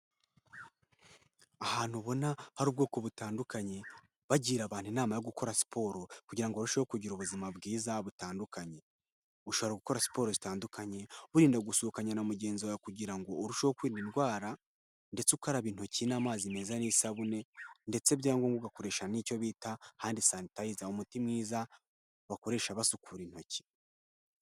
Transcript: Ahantu ubona hari ubwoko butandukanye bagira abantu inama yo gukora siporo kugira ngo barusheho kugira ubuzima bwiza butandukanye. Ushobora gukora siporo zitandukanye wirinda gusuhukanya na mugenzi wawe kugira ngo urusheho kwirinda indwara, ndetse ukaraba intoki n'amazi meza n'isabune, ndetse byaba ngombwa ugakoresha n'icyo bita hand sanitizer. Umuti mwiza bakoresha basukura intoki.